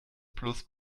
plus